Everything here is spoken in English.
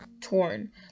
torn